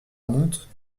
amante